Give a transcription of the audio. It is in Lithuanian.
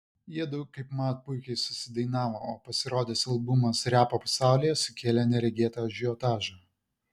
jiedu kaipmat puikiai susidainavo o pasirodęs albumas repo pasaulyje sukėlė neregėtą ažiotažą